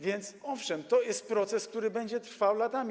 Więc owszem, to jest proces, który będzie trwał latami.